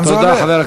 לאן זה הולך?